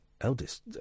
eldest